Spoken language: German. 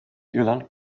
irland